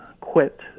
quit